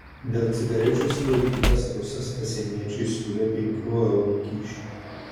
dėl cigarečių sulaikytas rusas pasieniečiui siūlė penkių eurų kyšį